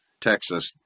texas